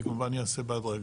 זה כמובן ייעשה בהדרגה,